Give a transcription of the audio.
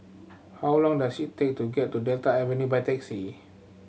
how long does it take to get to Delta Avenue by taxi